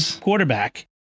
quarterback